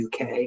UK